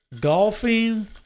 Golfing